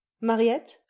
Mariette